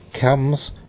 comes